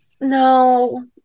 No